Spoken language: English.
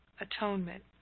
Atonement